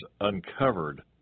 uncovered